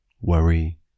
worry